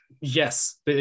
Yes